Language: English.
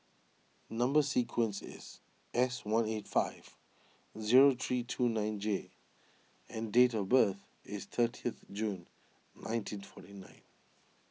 Number Sequence is S one eight five zero three two nine J and date of birth is thirtieth June nineteen twenty nine